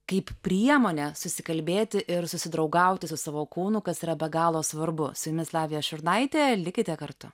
kaip priemonę susikalbėti ir susidraugauti su savo kūnu kas yra be galo svarbu su jumis lavija šurnaitė likite kartu